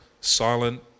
silent